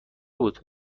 بود